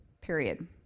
period